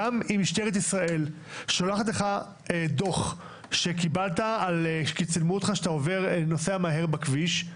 גם אם משטרת ישראל שולחת לך דוח כי צילמו אותך כשאתה נוסע מהר בכביש,